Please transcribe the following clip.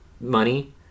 money